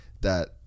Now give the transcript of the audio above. that-